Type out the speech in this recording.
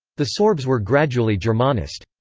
the sorbs were gradually germanised.